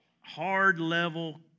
hard-level